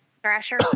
Thrasher